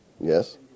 Yes